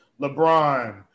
LeBron